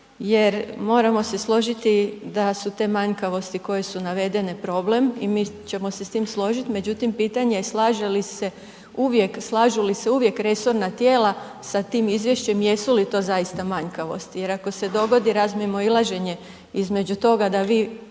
jer moramo se složiti da su te manjkavosti koje su navedene problem i mi ćemo se s tim složiti. Međutim, pitanje je slažu li se uvijek resorna tijela sa tim izvješćem, jesu li to zaista manjkavosti jer ako se dogodi razmimoilaženje između toga da vi